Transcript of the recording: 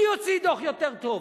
מי הוציא דוח יותר טוב,